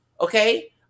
okay